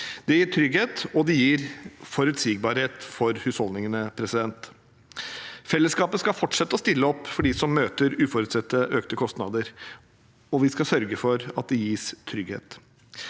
Det gir trygghet, og det gir forutsigbarhet for husholdningene. Fellesskapet skal fortsette å stille opp for dem som møter uforutsette økte kostnader, og vi skal sørge for at det gis trygghet.